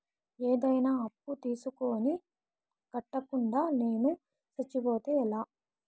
ఏదైనా అప్పు తీసుకొని కట్టకుండా నేను సచ్చిపోతే ఎలా